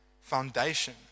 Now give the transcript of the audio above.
foundation